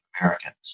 Americans